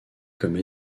comme